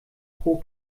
pro